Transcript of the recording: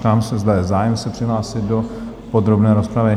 Ptám se, zda je zájem se přihlásit do podrobné rozpravy?